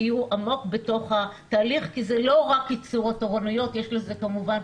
תהיו עמוק בתוך התהליך כי זה לא רק קיצור תורנויות אלא יש לזה כמובן,